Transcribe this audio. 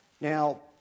Now